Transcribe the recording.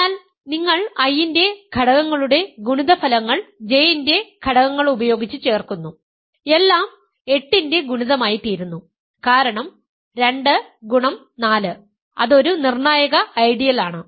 അതിനാൽ നിങ്ങൾ I ന്റെ ഘടകങ്ങളുടെ ഗുണിതഫലങ്ങൾ J ന്റെ ഘടകങ്ങൾ ഉപയോഗിച്ച് ചേർക്കുന്നു എല്ലാം 8 ന്റെ ഗുണിതമായിത്തീരുന്നു കാരണം 2X4 അത് ഒരു നിർണ്ണായക ഐഡിയയാണ്